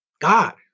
God